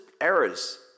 errors